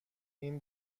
این